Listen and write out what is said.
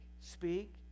speak